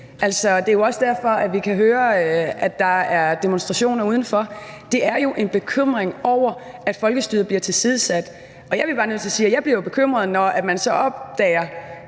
det er jo også derfor, vi kan høre, at der er demonstrationer udenfor. Der er jo en bekymring over, at folkestyret bliver tilsidesat. Og jeg bliver bare nødt til at sige,